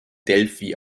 delphi